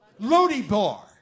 Lodibar